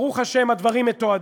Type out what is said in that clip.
ברוך השם, הדברים מתועדים.